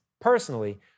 personally